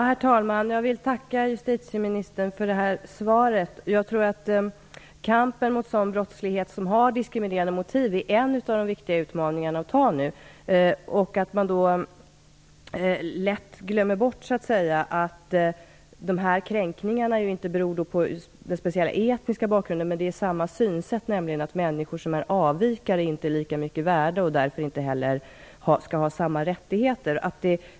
Herr talman! Jag vill tacka justitieministern för det här svaret. Kampen mot sådan brottslighet som har diskriminerande motiv är en viktig utmaning att ta nu. Jag tror också att man lätt glömmer bort att de här kränkningarna inte beror på speciell etnisk bakgrund, men det är samma synsätt, nämligen att människor som är avvikare inte är lika mycket värda och därför inte heller skall ha samma rättigheter.